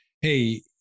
hey